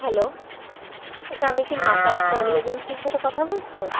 hello আচ্ছা আমি কি মা তারা ট্র্যাভেল এজেন্সির সাথে কথা বলছি